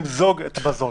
לשים את המזון.